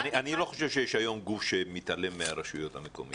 אני לא חושב שיש היום גוף שמתעלם מהרשויות המקומיות.